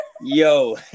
Yo